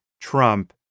Trump